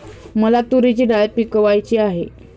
मला तूरीची डाळ पिकवायची आहे